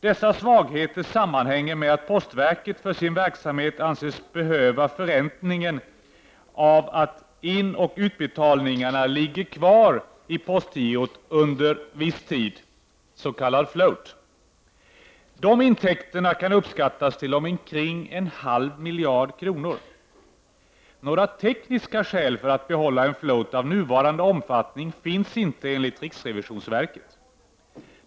Dessa svagheter sammanhänger med att postverket för sin verksamhet anses behöva den förräntning som uppkommer genom att inoch utbetalningarna ligger kvar i postgirot under viss tid, s.k. float. Dessa intäkter kan uppskattas till omkring en halv miljard kronor. Några tekniska skäl för att behålla en float av nuvarande omfattning finns inte enligt riksrevisionsverket.